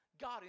God